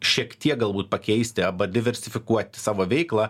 šiek tiek galbūt pakeisti aba diversifikuoti savo veiklą